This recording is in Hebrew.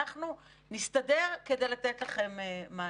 אנחנו נסתדר כדי לתת לכם מענה.